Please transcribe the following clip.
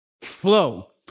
flow